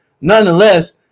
nonetheless